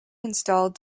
installed